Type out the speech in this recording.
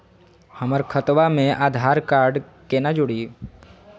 हमर खतवा मे आधार कार्ड केना जुड़ी?